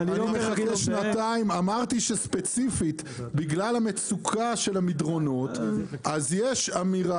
אמרתי שספציפית בגלל המצוקה של המדרונות אז יש אמירה